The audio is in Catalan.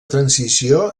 transició